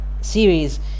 series